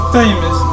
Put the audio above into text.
famous